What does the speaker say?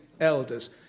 elders